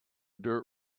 dirt